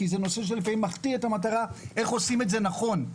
כי זה נושא שלפעמים מחטיא את המטרה איך עושים את זה נכון.